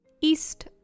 East